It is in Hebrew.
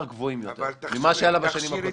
גבוהים יותר ממה שהיה לה בשנים האחרונות.